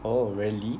oh really